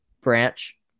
branch